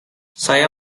saya